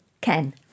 Ken